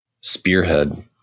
spearhead